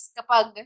kapag